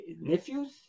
nephews